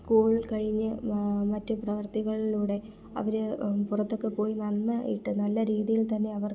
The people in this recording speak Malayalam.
സ്കൂൾ കഴിഞ്ഞ് മറ്റ് പ്രവർത്തികളിലൂടെ അവർ പുറത്തൊക്കെ പോയി നന്നായിട്ട് നല്ല രീതിയിൽ തന്നെ അവർക്ക്